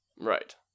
Right